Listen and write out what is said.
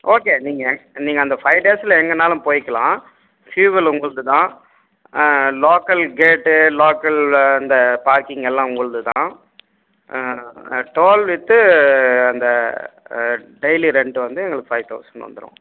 okay நீங்கள் நீங்கள் அந்த ஃபைவ் டேஸ்ஸில் எங்கனாலும் போய்க்கலாம் ஃபியூவல் உங்களதுதான் லோக்கல் கேட்டு லோக்கல் அந்த பார்க்கிங் எல்லாம் உங்களதுதான் டோல் விட்டு அந்த டெயிலி ரென்ட்டு வந்து எங்களுக்கு ஃபைவ் தௌசன்ட் வந்துரும்